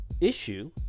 issue